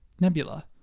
Nebula